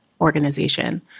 organization